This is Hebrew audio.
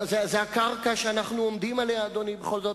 זאת הקרקע שאנחנו עומדים עליה, אדוני, בכל זאת.